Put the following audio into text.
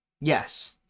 Yes